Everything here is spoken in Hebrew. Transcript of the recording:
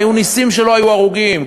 היו נסים שלא היו הרוגים.